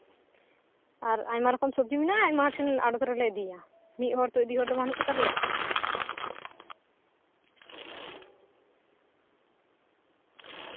ᱟᱨ ᱟᱭᱢᱟ ᱨᱚᱠᱚᱢ ᱥᱚᱵᱡᱤ ᱢᱮᱱᱟᱜᱼᱟ ᱟᱭᱢᱟ ᱨᱚᱠᱚᱢ ᱟᱲᱚᱛ ᱨᱮᱞᱮ ᱤᱫᱤᱭᱟ ᱢᱤᱫ ᱦᱚᱲ ᱛᱚ ᱤᱫᱤ ᱦᱚᱲ ᱫᱚ ᱵᱟᱹᱱᱩᱜ ᱠᱚᱛᱟᱞᱮᱭᱟ